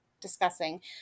discussing